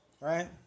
Right